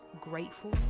grateful